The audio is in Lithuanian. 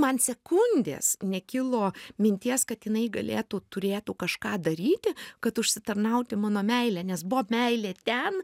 man sekundes nekilo minties kad jinai galėtų turėtų kažką daryti kad užsitarnauti mano meilę nes buvo meilė ten